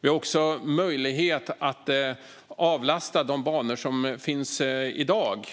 Vi får också möjlighet att avlasta de banor som finns i dag,